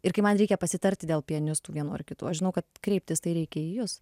ir kai man reikia pasitarti dėl pianistų vienų ar kitų aš žinau kad kreiptis tai reikia į jus